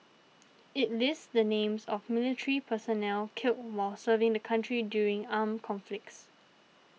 it lists the names of military personnel killed while serving the country during armed conflicts